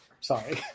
sorry